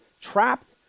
trapped